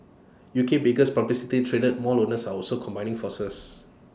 UK's biggest publicly traded mall owners are also combining forces